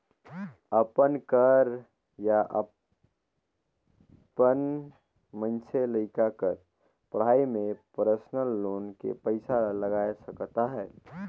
अपन कर या अपन मइनसे लइका कर पढ़ई में परसनल लोन के पइसा ला लगाए सकत अहे